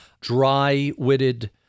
dry-witted